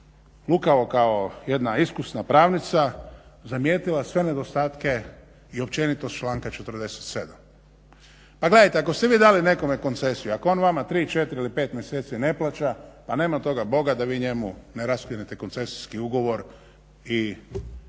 lukavo kao jedna iskusna pravnica zamijetila sve nedostatke i općenitost članka 47. Pa gledajte, ako ste vi dali nekome koncesiju, ako on vama tri, četiri ili pet mjeseci ne plaća pa nema toga Boga da vi njemu ne raskinete koncesijski ugovor i